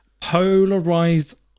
Polarized